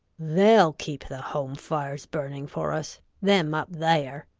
they'll keep the home fires burning for us them up there.